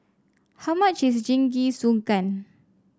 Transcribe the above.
how much is Jingisukan